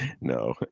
no